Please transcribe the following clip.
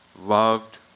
loved